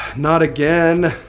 not again!